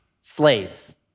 slaves